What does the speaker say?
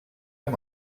amb